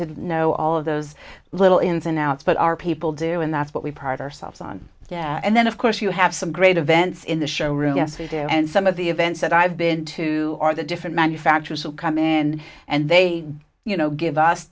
to know all of those little ins and outs but our people do and that's what we pride ourselves on yeah and then of course you have some great events in the show room yes we do and some of the events that i've been to are the different manufacturers who come in and they you know give us